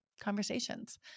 conversations